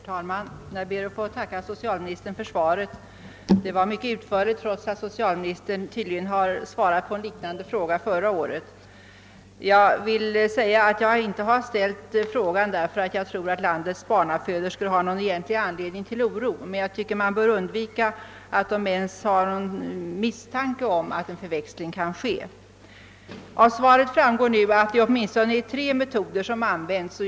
Herr talman! Jag ber att få tacka socialministern för svaret. Det var mycket utförligt trots att socialministern tydligen har svarat på en liknande fråga förra året. Jag har inte ställt frågan därför att jag tror att landets barnaföderskor har någon egentlig anledning till oro, men det bör undvikas att de ens har en misstanke om att en förväxling kan ske. Av svaret framgår nu att det åtminstone är tre metoder som användes.